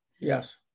Yes